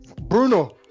Bruno